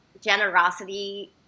generosity